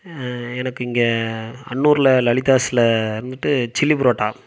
எனக்கு இங்கே அன்னூரில் லலிதாஸில் வந்துட்டு சில்லி புரோட்டா